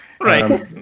Right